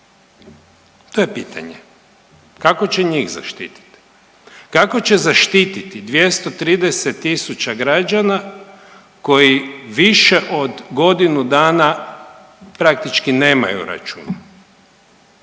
To je pitanje. Kako će njih zaštititi? Kako će zaštititi 230 000 građana koji više od godinu dana praktički nemaju računalo?